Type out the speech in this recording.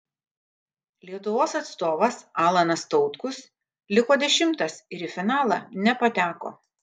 lietuvos atstovas alanas tautkus liko dešimtas ir į finalą nepateko